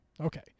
Okay